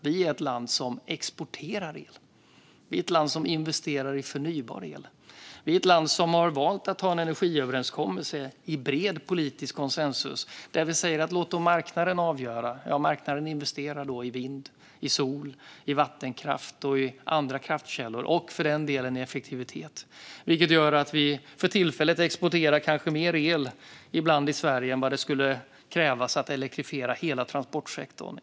Vi är ett land som exporterar el. Vi är ett land som investerar i förnybar el. Vi är ett land som har valt att ha en energiöverenskommelse i bred politisk konsensus, där vi säger: Låt marknaden avgöra! Marknaden investerar då i vind, i sol, i vattenkraft och i andra kraftkällor - och för den delen i effektivitet. Det gör att Sverige för tillfället ibland exporterar mer el än vad som skulle krävas för att elektrifiera hela transportsektorn.